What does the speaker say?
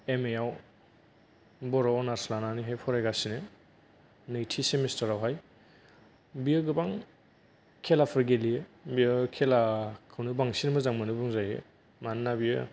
एमएआव बर' अनार्स लानानैहाय फरायगासिनो नैथि सेमिस्टारावहाय बियो गोबां खेलाफोर गेलेयो बियो खेलाखौनो बांसिन मोजां मोनो बुंजायो मानोना बियो